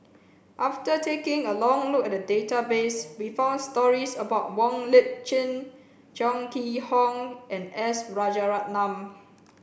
after taking a look at the database we found stories about Wong Lip Chin Chong Kee Hiong and S Rajaratnam